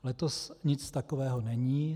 Letos nic takového není.